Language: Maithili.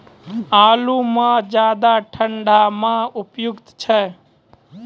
आलू म ज्यादा ठंड म उपयुक्त छै?